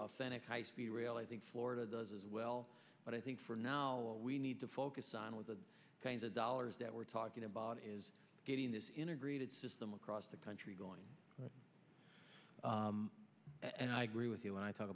authentic high speed rail i think florida does as well but i think for now we need to focus on with the kinds of dollars that we're talking about is getting this integrated system across the country going and i agree with you and i t